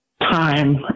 time